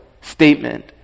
statement